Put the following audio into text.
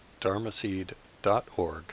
Dharmaseed.org